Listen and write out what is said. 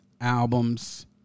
albums